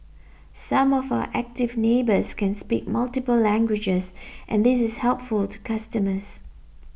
some of our Active Neighbours can speak multiple languages and this is helpful to customers